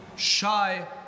shy